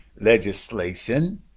legislation